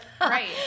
right